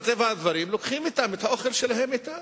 מטבע הדברים לוקחים את האוכל שלהם אתם.